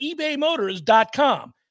ebaymotors.com